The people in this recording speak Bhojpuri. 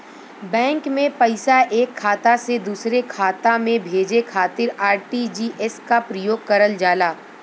बैंक में पैसा एक खाता से दूसरे खाता में भेजे खातिर आर.टी.जी.एस क प्रयोग करल जाला